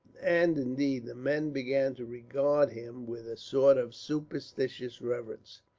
and indeed the men began to regard him with a sort of superstitious reverence,